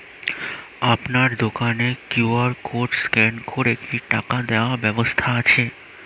আপনার দোকানে QR code scan করে কি টাকা দেওয়ার ব্যবস্থা আছে?